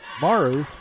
Maru